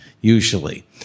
usually